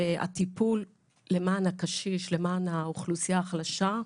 והטיפול למען הקשיש, למען האוכלוסייה החלשה,